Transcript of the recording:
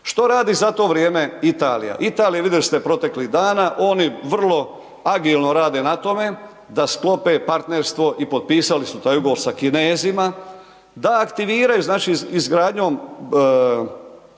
Što radi za to vrijeme Italija. Italija, vidjeli ste proteklih dana, oni vrlo agilno rade na tome da sklope partnerstvo i potpisali su taj ugovor sa Kinezima da aktiviraju znači izgradnjom